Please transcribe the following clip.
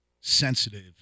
Sensitive